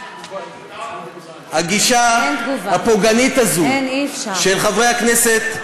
הגישה הפוגענית הזאת של חברי הכנסת,